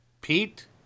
Pete